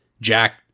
Jack